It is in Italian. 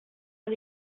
gli